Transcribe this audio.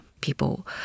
people